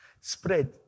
Spread